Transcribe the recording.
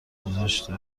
گذاشته